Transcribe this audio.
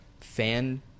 fan